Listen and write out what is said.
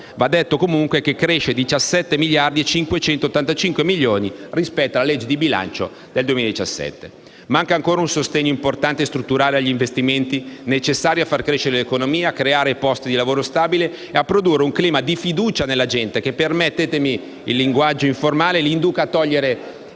Va detto che comunque cresce di 17 miliardi e 585 milioni rispetto alla legge di bilancio 2017. Manca ancora un sostegno importante e strutturale agli investimenti, necessario a far crescere l'economia, a creare posti di lavoro stabili e a produrre un clima di fiducia nella gente, che - permettetemi il linguaggio informale - li induca a togliere